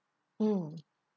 mm